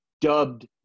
dubbed